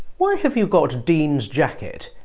why have you got dean's jacket